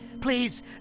Please